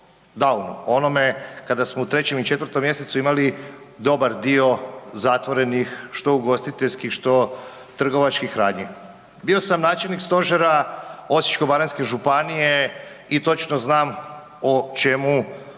o onome kada smo u 3. i 4. mj. imali dobar dio zatvorenih što ugostiteljskih, što trgovačkih radnji. Bio sam načelnik stožera Osječko-baranjske županije i točno znam o čemu